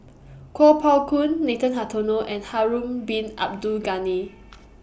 Kuo Pao Kun Nathan Hartono and Harun Bin Abdul Ghani